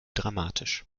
dramatisch